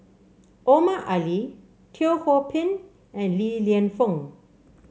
Omar Ali Teo Ho Pin and Li Lienfung